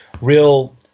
real